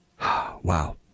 Wow